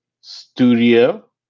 studio